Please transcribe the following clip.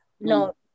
no